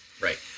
Right